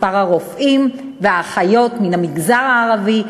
מספר הרופאים והאחיות מהמגזר הערבי,